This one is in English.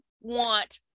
want